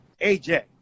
AJ